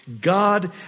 God